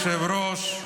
אדוני היושב-ראש,